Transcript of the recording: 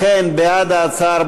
לכן בעד ההצעה,